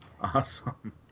Awesome